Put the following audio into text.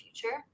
future